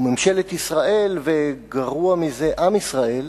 וממשלת ישראל, וגרוע מזה, עם ישראל,